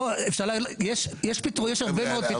בוא, אפשר, יש הרבה מאוד פתרונות.